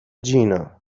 جینا